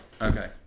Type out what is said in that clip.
Okay